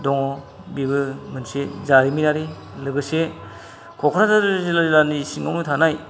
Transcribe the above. दङ बेबो मोनसे जारिमिनारि लोगोसे क'क्राझार जिल्लानि सिङावनो थानाय